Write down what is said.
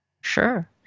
sure